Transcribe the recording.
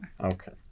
Okay